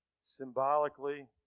symbolically